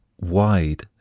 wide